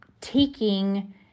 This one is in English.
taking